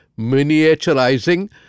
miniaturizing